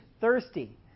Thirsty